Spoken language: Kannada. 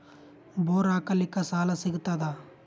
ಬೋರ್ ಹಾಕಲಿಕ್ಕ ಸಾಲ ಸಿಗತದ?